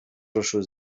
ruszył